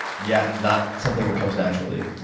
yeah, not something that comes naturally,